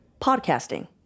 Podcasting